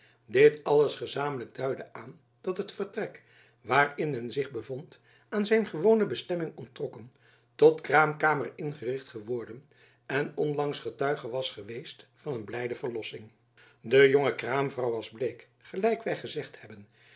dit alles gezamenlijk duidde aan dat het vertrek waarin men zich bevond aan zijn gewone bestemming onttrokken tot kraamkamer ingericht geworden en onlangs getuige was geweest van een blijde verlossing de jonge kraamvrouw was bleek gelijk wy gezegd hebben